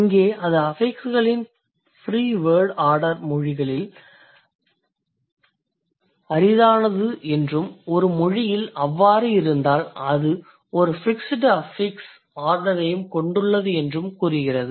இங்கே அது அஃபிக்ஸ்களின் ஃப்ரீ வேர்ட் ஆர்டர் மொழிகளில் அரிதானது என்றும் ஒரு மொழியில் அவ்வாறு இருந்தால் அது ஒரு ஃபிக்ஸ்டு அஃபிக்ஸ் ஆர்டரையும் கொண்டுள்ளது என்றும் கூறுகிறது